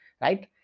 right